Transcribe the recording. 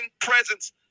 presence